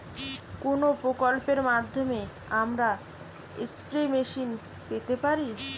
কোন প্রকল্পের মাধ্যমে আমরা স্প্রে মেশিন পেতে পারি?